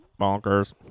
Bonkers